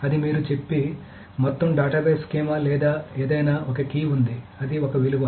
అది మీరు చెప్పే మొత్తం డేటాబేస్ స్కీమా లేదా ఏదైనా ఒక కీ ఉంది అది ఒక విలువ